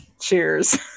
Cheers